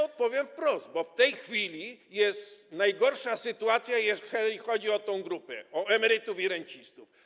Odpowiem wprost: bo w tej chwili jest najgorsza sytuacja, jeżeli chodzi o tę grupę, o emerytów i rencistów.